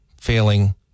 failing